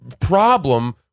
problem